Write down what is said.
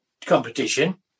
competition